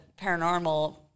paranormal